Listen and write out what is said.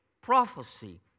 prophecy